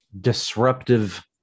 disruptive